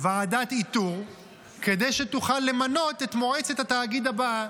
ועדת איתור כדי שתוכל למנות את מועצת התאגיד הבאה.